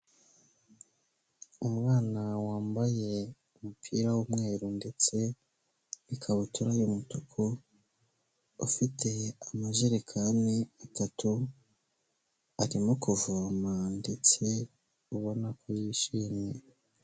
Umwana wambaye umupira w'umweru ndetse n'ikabutura y'umutuku, ufite amajerekani atatu arimo kuvoma ndetse ubona ko yishimye.